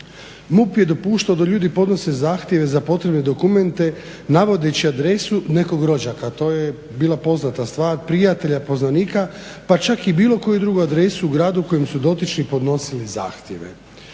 MUP je dopuštao da ljudi podnose zahtjeve za potrebne dokumente navodeći adresu nekog rođaka, a to je bila poznata stvar, prijatelja, poznanika pa čak i bilo koju drugu adresu u gradu kojem su dotični podnosili zahtjeve.